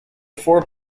four